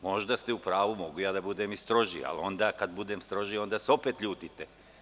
Možda ste u pravu, mogu ja da budem i strožiji, ali onda kada budem strožiji onda se opet ljutite.